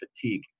fatigue